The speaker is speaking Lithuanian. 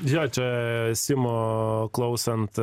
jo čia simo klausant